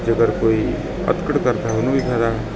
ਜੇਕਰ ਕੋਈ ਅਧਖੜ ਕਰਦਾ ਉਹਨੂੰ ਵੀ ਫਾਇਦਾ